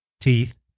teeth